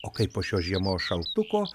o kai po šios žiemos šaltuko